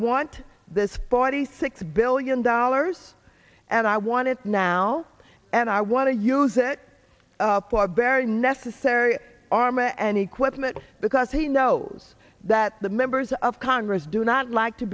want this forty six billion dollars and i wanted now and i want to use it for a very necessary armor and equipment because he knows that the members of congress do not like to